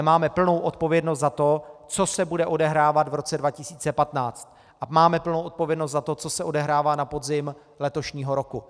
Máme ale plnou odpovědnost za to, co se bude odehrávat v roce 2015, a máme plnou odpovědnost za to, co se odehrává na podzim letošního roku.